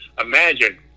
imagine